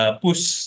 push